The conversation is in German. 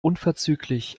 unverzüglich